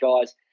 guys